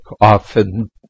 often